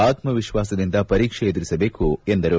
ಆತ್ತವಿಶ್ಲಾಸದಿಂದ ಪರೀಕ್ಷೆ ಎದುರಿಸಬೇಕು ಎಂದರು